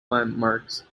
landmarks